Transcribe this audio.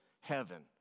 heaven